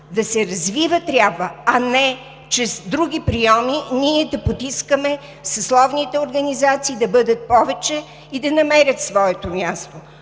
да се развива, а не чрез други прийоми да потискаме съсловните организации да бъдат повече и да намерят своето място.